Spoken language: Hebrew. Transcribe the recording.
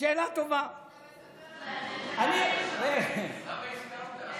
תספר להם, למה הסכמת?